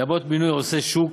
לרבות מינוי עושה שוק,